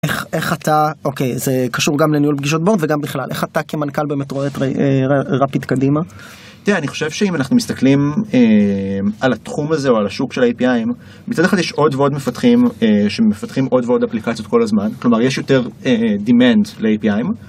איך אתה, אוקיי, זה קשור גם לניהול פגישות בורד וגם בכלל, איך אתה כמנכל באמת רואה את רפיד קדימה? תראה, אני חושב שאם אנחנו מסתכלים על התחום הזה או על השוק של ה-API, מצד אחד יש עוד ועוד מפתחים שמפתחים עוד ועוד אפליקציות כל הזמן, כלומר יש יותר demand ל-API.